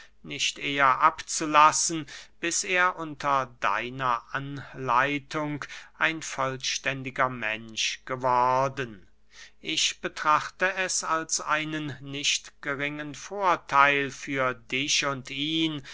nicht eher abzulassen bis er unter deiner anleitung ein vollständiger mensch geworden ich betrachte es als einen nicht geringen vortheil für dich und ihn